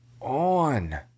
on